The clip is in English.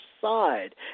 side